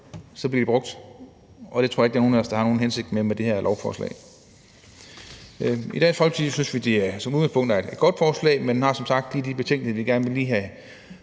bliver de brugt, og det tror jeg ikke der er nogen af os der har nogen hensigt med i forhold til det her lovforslag. I Dansk Folkeparti synes vi, at det som udgangspunkt er et godt forslag, men vi har som sagt lige nogle betænkeligheder – vi vil gerne have